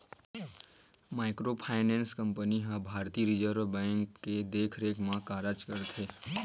micro finance company मन ह भारतीय रिजर्व बेंक के देखरेख म कारज करथे